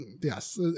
yes